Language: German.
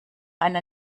einer